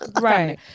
right